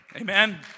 Amen